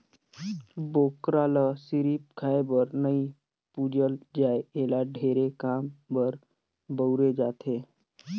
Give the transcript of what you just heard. बोकरा ल सिरिफ खाए बर नइ पूजल जाए एला ढेरे काम बर बउरे जाथे